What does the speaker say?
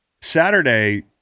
Saturday